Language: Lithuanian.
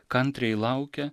kantriai laukia